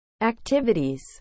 activities